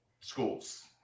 schools